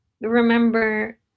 remember